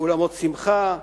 אולמות שמחה,